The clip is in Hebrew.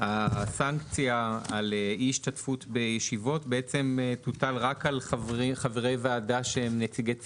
הסנקציה על אי השתתפות בישיבות תוטל רק על חברי ועדה שהם נציגי ציבור.